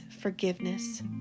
forgiveness